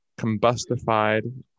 combustified